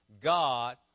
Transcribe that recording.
God